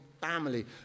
family